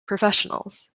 professionals